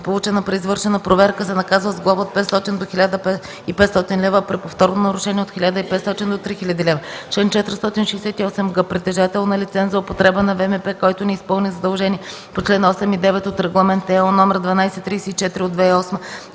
получена при извършена проверка, се наказва с глоба от 500 до 1500 лв., а при повторно нарушение – от 1500 до 3000 лв. Чл. 468г. Притежател на лиценз за употреба на ВМП, който не изпълни задължение по чл. 8 и 9 от Регламент (ЕО) № 1234/2008,